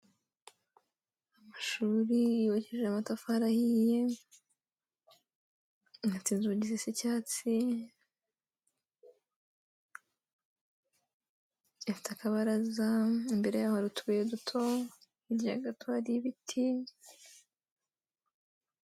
Amashuri yubakishije amatafari ahiye, afite inzugi zisa icyatsi, afite akabaraza imbere yaho hari utubuye duto hirya gato hari ibiti.